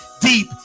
deep